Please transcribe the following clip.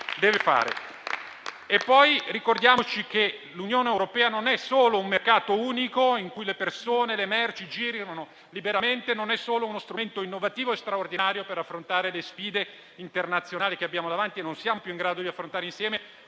Ricordiamoci che l'Unione europea non è solo un mercato unico, in cui le persone e le merci girano liberamente, non è solo uno strumento innovativo e straordinario per affrontare le sfide internazionali che abbiamo davanti e non siamo più in grado di affrontare da